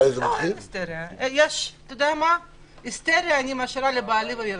את ההיסטריה אני משאירה לבעלי וילדיי.